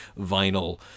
vinyl